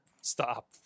stop